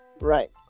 Right